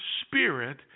spirit